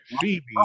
Phoebe